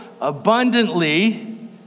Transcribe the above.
Abundantly